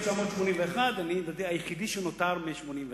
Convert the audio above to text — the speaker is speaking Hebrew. אני, לדעתי, היחיד שנותר מ-1981.